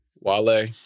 Wale